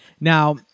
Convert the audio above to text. Now